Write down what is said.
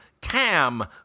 Tam